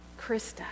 Krista